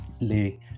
lay